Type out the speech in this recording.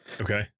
Okay